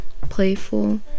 playful